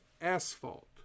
asphalt